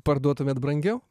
parduotumėt brangiau